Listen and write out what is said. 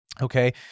Okay